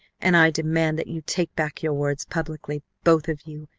and i demand that you take back your words publicly, both of you,